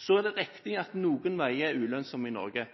Det er riktig at noen veier er ulønnsomme i Norge.